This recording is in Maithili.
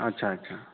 अच्छा अच्छा